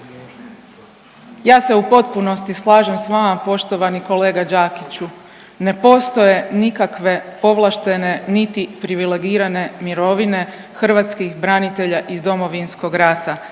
Ja se u potpunosti slažem s vama poštovani kolega Đakiću. Ne postoje nikakve povlaštene niti privilegirane mirovine hrvatskih branitelja iz Domovinskog rata.